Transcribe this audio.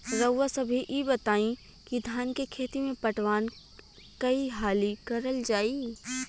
रउवा सभे इ बताईं की धान के खेती में पटवान कई हाली करल जाई?